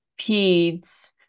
peds